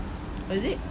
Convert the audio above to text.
oh is it